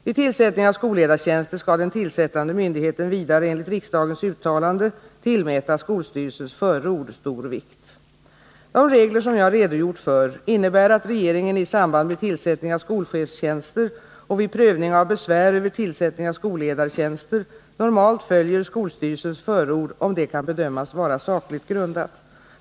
Vid tillsättning av skolledartjänster skall den tillsättande myndigheten vidare enligt riksdagens uttalande tillmäta skolstyrelsens förord stor vikt. De regler som jag redogjort för innebär att regeringen i samband med tillsättning av skolchefstjänster och vid prövning av besvär över tillsättning av skolledartjänster normalt följer skolstyrelsens förord, om det kan bedömas vara sakligt grundat.